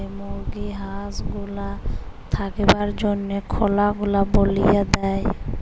মুরগি হাঁস গুলার থাকবার জনহ খলা গুলা বলিয়ে দেয়